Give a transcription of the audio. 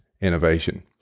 innovation